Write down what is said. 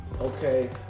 okay